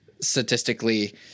statistically